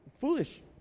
Foolish